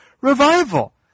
revival